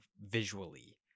visually